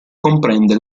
comprende